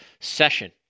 session